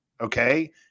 okay